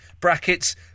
brackets